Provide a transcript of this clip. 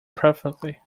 perfectly